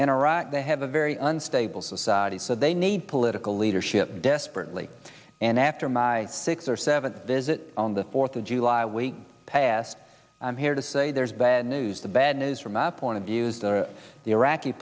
in iraq they have a very unstable society so they need political leadership desperately and after my six or seven visit on the fourth of july we pass here to say there's bad news the bad news from my point of views the iraqi